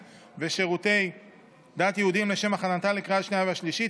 ושירותי דת יהודיים לשם הכנתה לקריאה השנייה והשלישית.